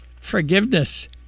forgiveness